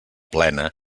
plena